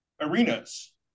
arenas